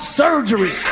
surgery